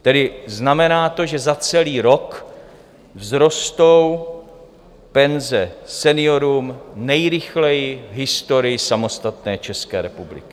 Tedy znamená to, že za celý rok vzrostou penze seniorům nejrychleji v historii samostatné České republiky.